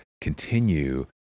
continue